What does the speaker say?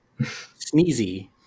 Sneezy